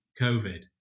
COVID